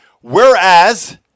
Whereas